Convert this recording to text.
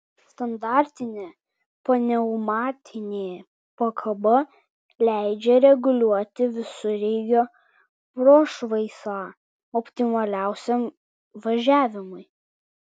standartinė pneumatinė pakaba leidžia reguliuoti visureigio prošvaisą optimaliausiam važiavimui